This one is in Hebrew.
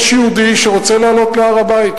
יש יהודי שרוצה לעלות להר-הבית,